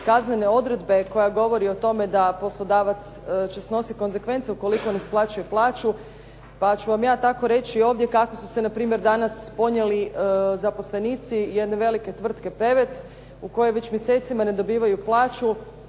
kaznene odredbe koja govori o tome da poslodavac će snositi konsekvence ukoliko ne isplaćuje plaću. Pa ću vam ja tako reći ovdje kako su se npr. danas ponijeli zaposlenici jedne velike tvrtke "Pevec" u kojoj već mjesecima ne dobivaju plaću.